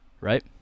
Right